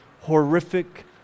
horrific